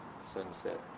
sunset